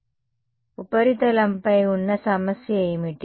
ఉపరితలంపై ఉపరితలంపై ఉన్న సమస్య ఏమిటి